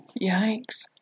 Yikes